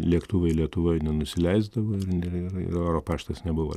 lėktuvai lietuvoj nenusileisdavo ir ir ir oro paštas nebuvo